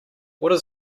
what